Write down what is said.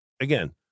Again